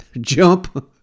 jump